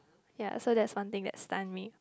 ya so that's one thing that stun me